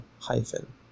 hyphen